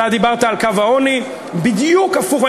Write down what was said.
אתה דיברת על קו העוני, וזה בדיוק הפוך.